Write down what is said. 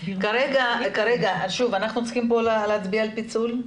אנחנו צריכים להצביע על הפיצול.